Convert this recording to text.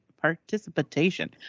participation